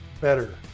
better